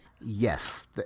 Yes